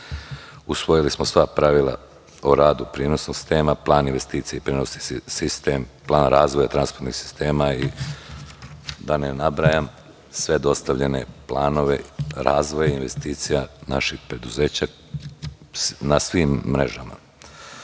Usvojili smo sva pravila o radu prenosnog sistema, plan investicija i prenosni sistem, plan razvoja transportnih sistema i da ne nabrajam sve dostavljene planove razvoja investicija naših preduzeća na svim mrežama. Ukupno